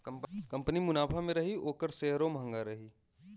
company मुनाफा मे रही ओकर सेअरो म्हंगा रही